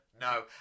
No